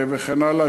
וכן הלאה,